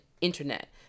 internet